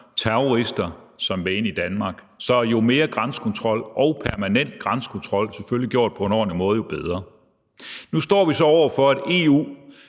terrorister, som vil ind i Danmark. Så jo mere grænsekontrol og permanent grænsekontrol – selvfølgelig gjort på en ordentlig måde – jo bedre. Nu står vi så over for, at EU